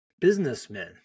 businessmen